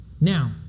Now